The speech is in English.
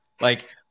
Like-